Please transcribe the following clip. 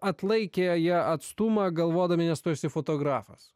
atlaikė ją atstumą galvodami nes tu esi fotografas